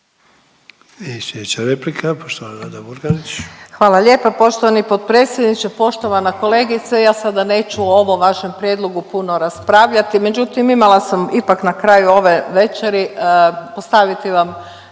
**Murganić, Nada (HDZ)** Hvala lijepa. Poštovani potpredsjedniče, poštovana kolegice. Ja sada neću o ovom vašem prijedlogu puno raspravljati, međutim imala sam ipak na kraju ove večeri postaviti vam